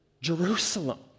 Jerusalem